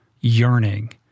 yearning